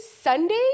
Sunday